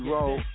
Roll